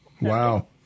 Wow